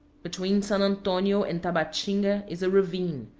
between san antonio and tabatinga is a ravine,